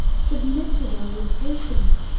submit to them with patience,